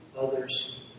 others